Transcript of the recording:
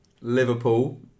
Liverpool